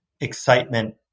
excitement